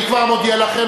אני כבר מודיע לכם,